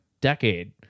decade